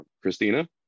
Christina